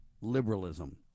liberalism